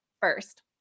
first